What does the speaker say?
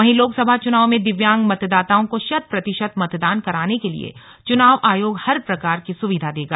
वहीं लोकसभा चुनावों में दिव्यांग मतदाताओं को शत प्रतिशत मतदान कराने के लिए चुनाव आयोग हर प्रकार की सुविधा देगा